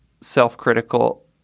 self-critical